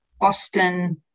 Austin